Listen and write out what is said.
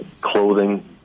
clothing